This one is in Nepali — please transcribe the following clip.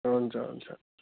हुन्छ हुन्छ